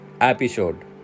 episode